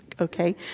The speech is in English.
Okay